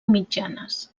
mitjanes